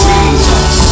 Jesus